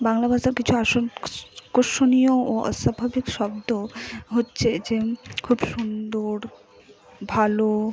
বাংলা ভাষার কিছু আকর্ষণীয় ও অস্বাভাবিক শব্দ হচ্ছে যে খুব সুন্দর ভালো